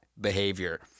behavior